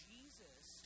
Jesus